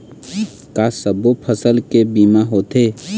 का सब्बो फसल के बीमा होथे?